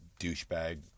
douchebag